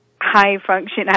high-function